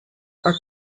are